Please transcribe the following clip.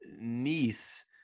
niece